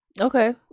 Okay